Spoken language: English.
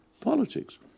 politics